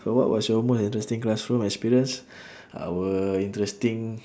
so what was your most interesting classroom experience our interesting